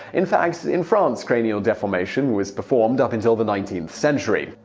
in fact, in france cranial deformation was performed up until the nineteenth century.